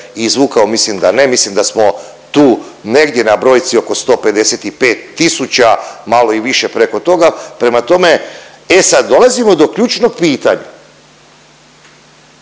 je izvukao, mislim da ne, mislim da smo tu negdje na brojci oko 155 tisuća malo i više preko toga. Prema tome, e sad dolazimo do ključnog pitanja